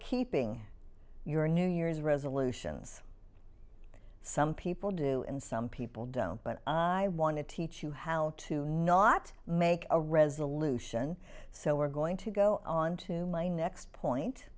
keeping your new year's resolutions some people do and some people don't but i want to teach you how to not make a resolution so we're going to go on to my next point